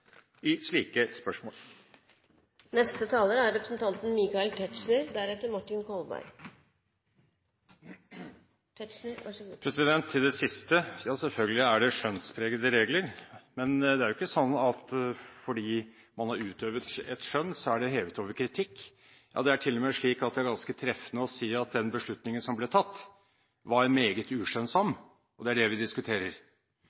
i slike spørsmål. Til det siste: Selvfølgelig er det skjønnspregede regler, men det er ikke sånn at fordi man har utøvd et skjønn, er det hevet over kritikk. Det er til og med slik at det er ganske treffende å si at den beslutningen som ble tatt, var meget